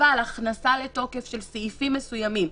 אבל הכנסה לתוקף של סעיפים מסוימים,